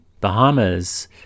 Bahamas